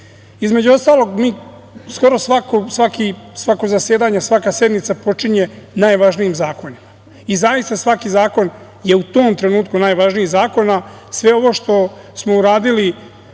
ostalog, mi skoro svako zasedanja, svaka sednica počinje najvažnijim zakonima i zaista svaki zakon je u tom trenutku najvažniji zakon, a sve ovo što smo uradili